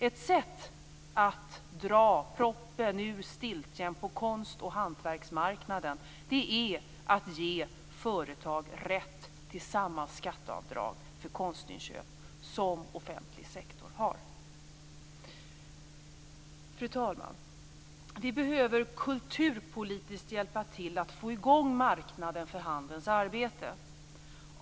Ett sätt att dra proppen ur stiltjen på konst och hantverksmarknaden är att ge företag rätt till samma skatteavdrag för konstinköp som offentlig sektor har. Fru talman! Vi behöver kulturpolitiskt hjälpa till att få i gång marknaden för handens arbete.